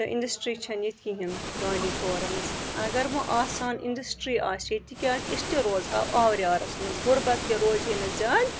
تہٕ اِنٛڈَسٹِرٛی چھَنہٕ ییٚتہِ کِہیٖنۍ بانٛڈی پورمَس اگر وۄنۍ آسان اِنٛڈَسٹِرٛی آسہِ ہے تِکیٛازِ أسۍ تہِ روزٕہو آوریٛارَس منٛز غُربت تہِ روزِ ہے نہٕ زیادٕ